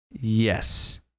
Yes